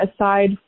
aside